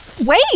Wait